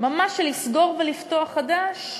זה לא חסר תקדים.